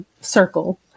circle